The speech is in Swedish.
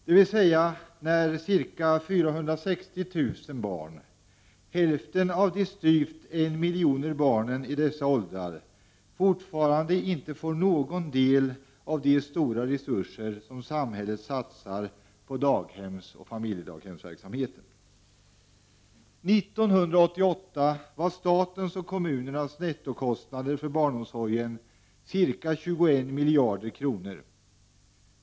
Det är alltså när ca 460 000 barn, eller hälften av de styvt 1000 000 barnen i dessa åldrar, fortfarande inte får någon del av de stora resurser som samhället satsar på daghemsoch familjedaghemsverksamheten. 1988 var statens och kommunernas nettokostnader för barnomsorgen ca 21 miljarder kronor.